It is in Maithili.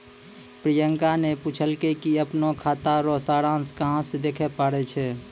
प्रियंका ने पूछलकै कि अपनो खाता रो सारांश कहां से देखै पारै छै